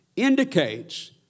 indicates